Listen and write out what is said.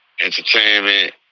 Entertainment